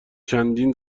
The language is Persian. چندین